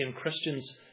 Christians